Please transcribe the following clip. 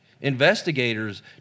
investigators